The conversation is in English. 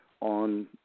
on